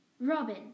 Robin